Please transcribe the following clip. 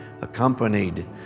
accompanied